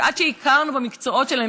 שעד שהכרנו במקצועות שלהם,